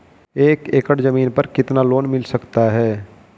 एक एकड़ जमीन पर कितना लोन मिल सकता है?